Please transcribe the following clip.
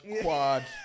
quad